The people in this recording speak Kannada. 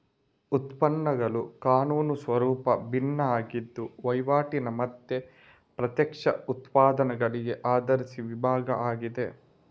ಉತ್ಪನ್ನಗಳ ಕಾನೂನು ಸ್ವರೂಪ ಭಿನ್ನ ಆಗಿದ್ದು ವೈವಾಟಿನ ಮತ್ತೆ ಪ್ರತ್ಯಕ್ಷ ಉತ್ಪನ್ನಗಳಿಗೆ ಆಧರಿಸಿ ವಿಭಾಗ ಆಗಿದೆ